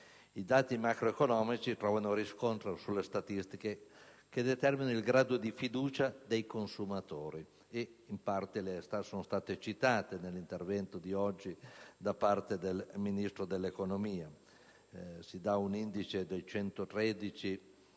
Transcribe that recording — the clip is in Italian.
I dati macroeconomici trovano riscontro nelle statistiche che determinano il grado di fiducia dei consumatori. In parte sono state citate nell'intervento di oggi del Ministro dell'economia: si dà un indice del 113